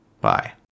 Bye